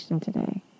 today